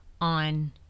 on